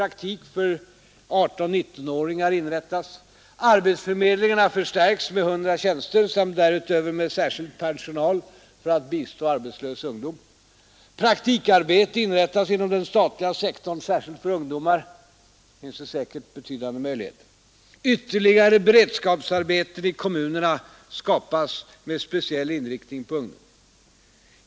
Arbetsförmedlingarna förstärks med 100 tjänster samt därutöver med särskild personal för att bistå arbetslös ungdom. Praktikarbete inrättas inom den statliga sektorn, speciellt för ungdom. Där finns det säkert betydande möjligheter. Ytterligare beredskapsarbeten i kommunerna skapas med speciell inriktning på ungdom.